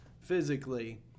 physically